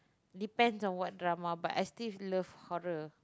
depend on what drama but I still love horror